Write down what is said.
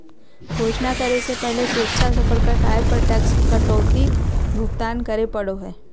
घोषणा करे से पहले स्वेच्छा से प्रकट आय पर टैक्स का भुगतान करे पड़ो हइ